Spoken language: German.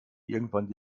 irgendwann